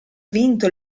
vinto